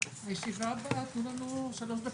הישיבה ננעלה בשעה 14:29.